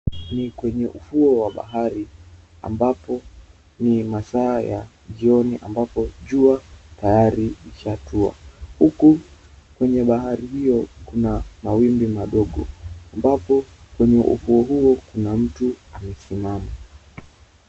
Ni kwenye ufuo wa bahari ambapo nimasaa ya jioni ambapo jua tayari lishatua, huku kwenye bahari hiyo kuna mawimbi madogo ambapo kwenye ufuo huo kuna mtu amesimama.